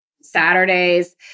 Saturdays